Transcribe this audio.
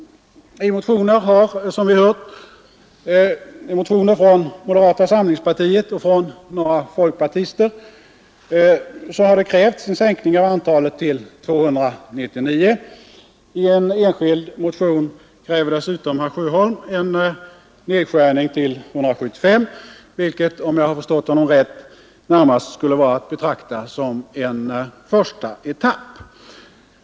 I motioner från moderata samlingspartiet och från några folkpartister har det, som vi hört, krävts en sänkning av antalet ledamöter till 299. I en enskild motion kräver dessutom herr Sjöholm en nedskärning till 175 vilket om jag förstått honom rätt närmast skulle vara att betrakta som en första etapp.